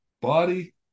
body